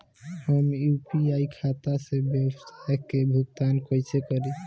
हम यू.पी.आई खाता से व्यावसाय के भुगतान कइसे करि?